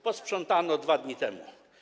Posprzątano 2 dni temu.